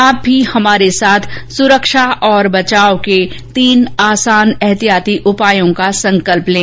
आप भी हमारे साथ सुरक्षा और बचाव के तीन आसान एहतियाती उपायों का संकल्प लें